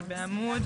זה בעמוד